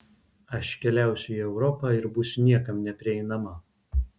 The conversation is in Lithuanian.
aš keliausiu į europą ir būsiu niekam neprieinama